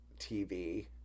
TV